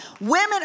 Women